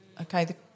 okay